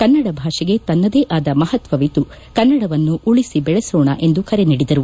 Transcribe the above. ಕನ್ನಡ ಭಾಷೆಗೆ ತನ್ನದೇ ಆದ ಮಹತ್ವವಿದ್ದು ಕನ್ನಡವನ್ನು ಉಳಿಸಿ ಬೆಳೆಸೋಣ ಎಂದು ಕರೆ ನೀಡಿದರು